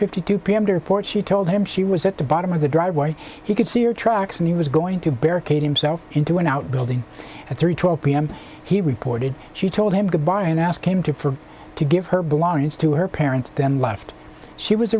fifty two pm to report she told him she was at the bottom of the driveway he could see or tracks and he was going to barricade himself into an outbuilding at three twelve pm he reported she told him goodbye and ask him to for to give her belongings to her parents then left she was